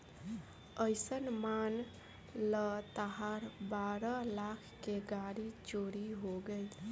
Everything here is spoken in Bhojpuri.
अइसन मान ल तहार बारह लाख के गाड़ी चोरी हो गइल